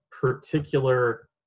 particular